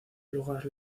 lugar